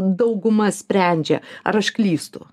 dauguma sprendžia ar aš klystu